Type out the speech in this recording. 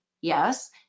Yes